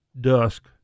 dusk